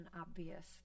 obvious